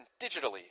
digitally